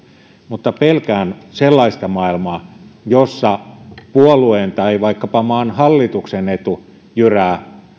mutta pelkään sellaista maailmaa jossa puolueen tai vaikkapa maan hallituksen etu jyrää